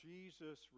Jesus